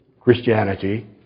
Christianity